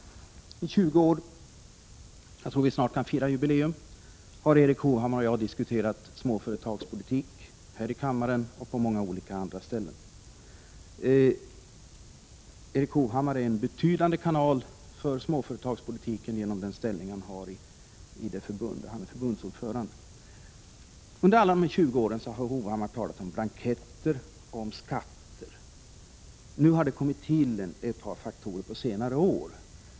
I tjugo år — jag tror att vi snart kan fira jubileum — har Erik Hovhammar och jag diskuterat småföretagspolitik här i kammaren och på olika andra ställen. Erik Hovhammar är en betydelsefull kanal för småföretagspolitiken genom sin ställning som förbundsordförande. Under alla dessa tjugo år har Erik Hovhammar talat om blanketter och skatter. Under senare år har det kommit till ett par faktorer.